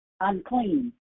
unclean